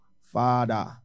Father